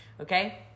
Okay